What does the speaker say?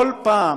כל פעם